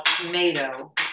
tomato